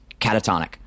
catatonic